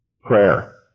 prayer